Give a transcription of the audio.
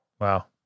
Wow